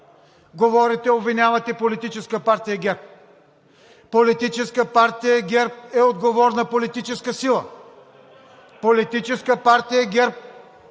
Говорите, обвинявате политическа партия ГЕРБ. Политическа партия ГЕРБ е отговорна политическа сила! (Шум и реплики.) Политическа партия ГЕРБ